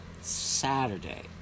Saturday